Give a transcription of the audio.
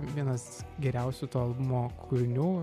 vienas geriausių to albumo kūrinių